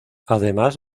además